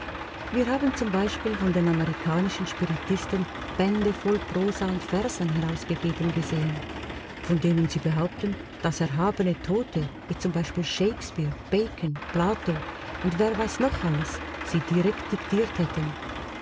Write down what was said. wir haben z b von den amerikanischen spiritisten bände voll prosa und versen herausgegeben gesehen von denen sie behaupten daß erhabene tote wie z b shakespeare bacon plato und wer weiß noch alles sie direkt diktiert hätten